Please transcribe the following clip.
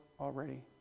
already